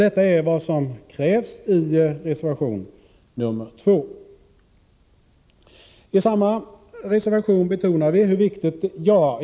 Detta är vad som krävs i reservation nr 2.